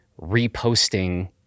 reposting